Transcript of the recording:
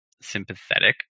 sympathetic